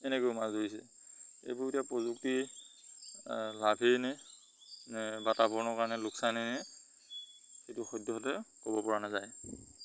এনেকৈও মাছ ধৰিছে এইবোৰ এতিয়া প্ৰযুক্তি লাভেইনে নে বাতাবৰণৰ কাৰণে লোকচানেই সেইটো সদ্যহতে ক'ব পৰা নাযায়